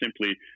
simply